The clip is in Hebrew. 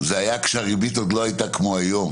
זה היה כשהריבית עוד לא הייתה כמו היום,